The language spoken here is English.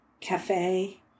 cafe